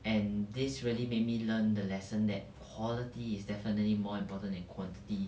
and this really make me learn the lesson that quality is definitely more important than quantity